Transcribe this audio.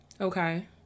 Okay